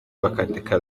bakandika